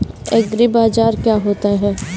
एग्रीबाजार क्या होता है?